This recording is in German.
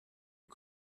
ihr